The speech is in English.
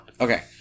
Okay